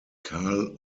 karl